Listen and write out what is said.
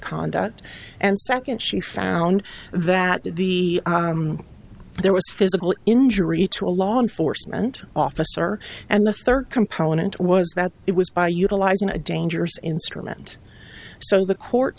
conduct and second she found that the there was physical injury to a law enforcement officer and the third component was that it was by utilizing a dangerous instrument so the court